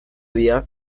día